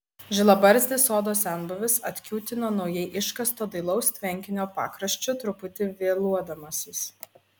žilabarzdis sodo senbuvis atkiūtino naujai iškasto dailaus tvenkinio pakraščiu truputį vėluodamasis